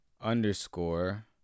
underscore